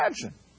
Imagine